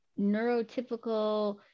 neurotypical